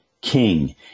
king